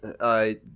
I-